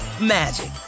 magic